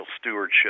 stewardship